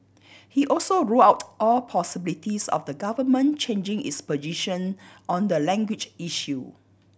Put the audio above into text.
he also ruled out all possibilities of the Government changing its position on the language issue